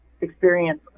experience